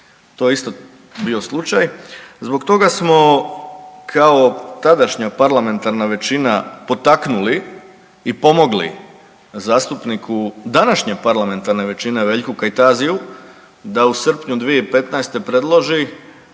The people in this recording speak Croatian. to je isto bio slučaj, zbog toga smo kao tadašnja parlamentarna većina potaknuli i pomogli zastupniku današnje parlamentarne većine Veljku Kajtaziju da u srpnju 2015. predloži,